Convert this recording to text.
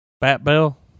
Bat-Bell